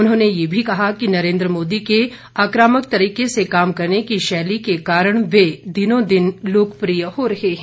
उन्होंने ये भी कहा कि नरेन्द्र मोदी के आकामक तरीके से काम करने की शैली के कारण वह दिनों दिन लोकप्रिय हो रहे है